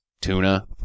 tuna